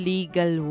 Legal